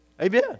Amen